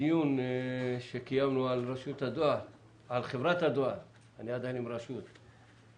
בדיון שקיימנו על חברת הדואר מצא